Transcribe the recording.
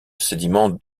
sédiments